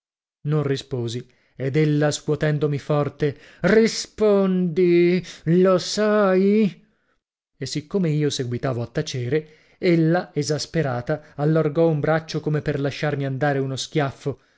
non risposi ed ella scuotendomi forte rispondi lo sai e siccome io seguitavo a tacere ella esasperata allargò un braccio come per lasciarmi andare uno schiaffo